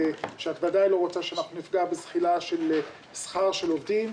שאת ודאי לא רוצה שאנחנו נפגע בזחילה של שכר של עובדים,